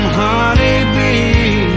honeybee